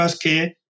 que